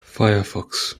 firefox